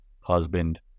Husband